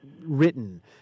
written